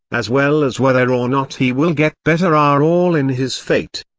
as well as whether or not he will get better are all in his fate.